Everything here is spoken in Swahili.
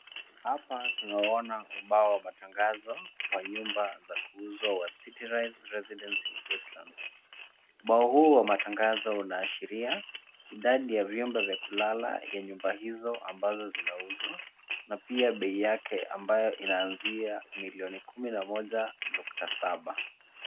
Hapa tunauona ubao wa matangazo, wa nyumba za kuuzwa wa City Rise Residency Westlands . Bao huo wa matangazo unaashiria, idadi ya vyumba vya kulala ya nyumba hizo ambazo zinauzwa. Na pia bei yake ambayo inaanzia milioni kumi na moja nukta saba.